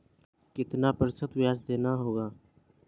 कितना प्रतिशत ब्याज देना होगा?